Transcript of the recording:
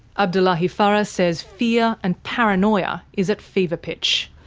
abdullahi farah says fear and paranoia is at fever pitch.